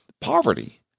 poverty